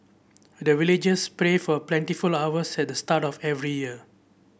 the villagers pray for plentiful harvest at the start of every year